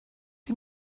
you